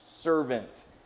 servant